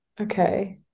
Okay